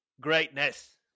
greatness